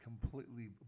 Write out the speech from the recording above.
completely